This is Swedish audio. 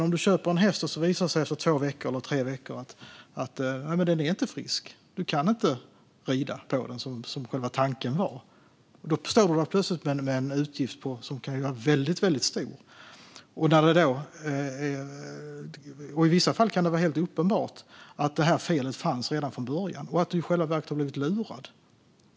Om du köper en häst och så visar det sig efter två tre veckor att den inte är frisk och du inte kan rida på den som själva tanken var, då står du plötsligt där med en utgift som kan vara väldigt stor. I vissa fall kan det vara helt uppenbart att felet fanns redan från början och att du i själva verket har blivit lurad.